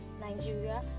Nigeria